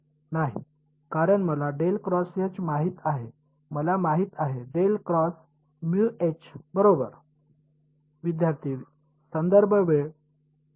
नाही कारण मला माहित आहे मला माहित नाही बरोबर